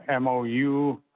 MOU